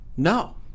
No